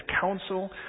counsel